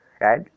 right